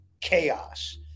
Chaos